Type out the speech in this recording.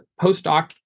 postdoc